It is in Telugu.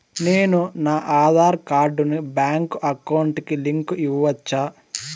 నేను నా ఆధార్ కార్డును బ్యాంకు అకౌంట్ కి లింకు ఇవ్వొచ్చా?